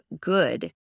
good